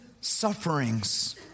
sufferings